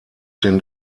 den